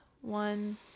One